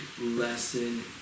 lesson